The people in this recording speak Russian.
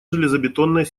железобетонной